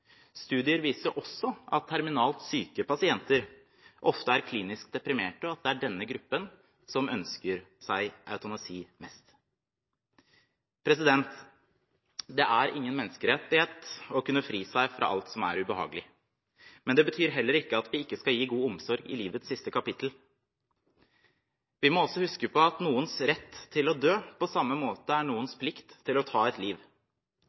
Studier viser også at terminalt syke pasienter ofte er klinisk deprimerte, og at det er denne gruppen som ønsker seg eutanasi mest. Det er ingen menneskerett å kunne fri seg fra alt som er ubehagelig, men det betyr heller ikke at vi ikke skal gi god omsorg i livets siste kapitel. Vi må også huske på at noens rett til å dø på samme måte er noens plikt til å ta liv.